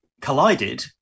collided